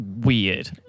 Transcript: weird